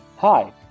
Hi